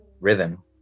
rhythm